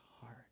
heart